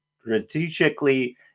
strategically